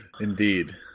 Indeed